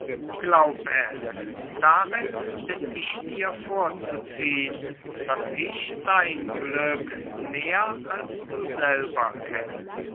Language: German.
glaub es darin bin ich dir vorzuziehn daß ich dein glück mehr als du selber kenne